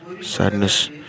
sadness